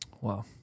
Wow